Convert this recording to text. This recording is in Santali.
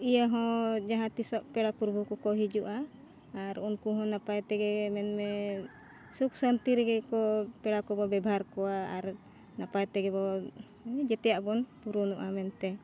ᱤᱭᱟᱹ ᱦᱚᱸ ᱡᱟᱦᱟᱸ ᱛᱤᱥᱚᱜ ᱯᱮᱲᱟ ᱯᱩᱨᱵᱷᱩ ᱠᱚᱠᱚ ᱦᱤᱡᱩᱜᱼᱟ ᱟᱨ ᱩᱱᱠᱩ ᱦᱚᱸ ᱱᱟᱯᱟᱭ ᱛᱮᱜᱮ ᱢᱮᱱ ᱢᱮ ᱥᱩᱠ ᱥᱟᱱᱛᱤ ᱨᱮᱜᱮ ᱠᱚ ᱯᱮᱲᱟ ᱠᱚᱵᱚ ᱵᱮᱵᱚᱦᱟᱨ ᱠᱚᱣᱟ ᱟᱨ ᱱᱟᱯᱟᱭ ᱛᱮᱜᱮ ᱵᱚ ᱡᱚᱛᱚᱣ ᱟᱜᱵᱚᱱ ᱯᱩᱨᱚᱱᱚᱜᱼᱟ ᱢᱮᱱᱛᱮ